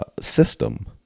system